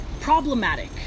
Problematic